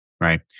right